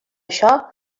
això